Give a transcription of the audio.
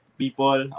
people